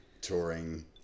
touring